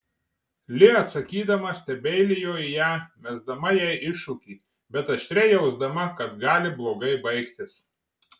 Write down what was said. li atsakydama stebeilijo į ją mesdama jai iššūkį bet aštriai jausdama kad gali blogai baigtis